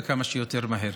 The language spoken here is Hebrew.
וכמה שיותר מהר.